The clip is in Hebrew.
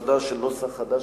שונים.